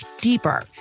deeper